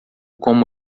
como